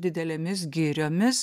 didelėmis giriomis